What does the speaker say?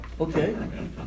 Okay